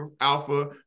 Alpha